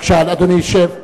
בבקשה, אדוני ישב.